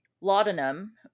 laudanum